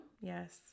Yes